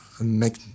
make